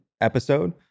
episode